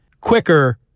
quicker